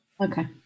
Okay